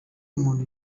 umuntu